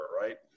right